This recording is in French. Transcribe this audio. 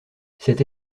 cette